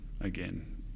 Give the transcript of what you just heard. Again